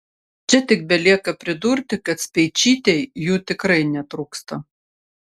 čia tik belieka pridurti kad speičytei jų tikrai netrūksta